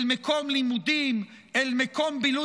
אל מקום לימודים,